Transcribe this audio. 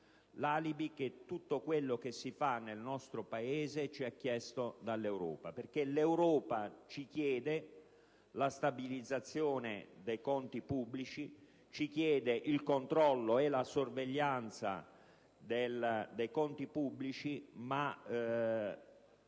l'alibi per cui tutto quello che si fa nel nostro Paese ci è chiesto dall'Europa. L'Europa ci chiede la stabilizzazione dei conti pubblici, ci chiede il controllo e la sorveglianza dei conti pubblici; ma